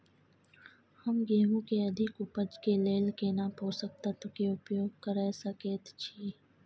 हम गेहूं के अधिक उपज के लेल केना पोषक तत्व के उपयोग करय सकेत छी?